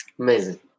Amazing